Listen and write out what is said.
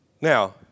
Now